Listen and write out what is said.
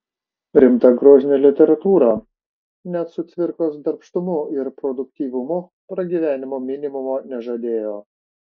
rimta grožinė literatūra net su cvirkos darbštumu ir produktyvumu pragyvenimo minimumo nežadėjo